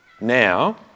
Now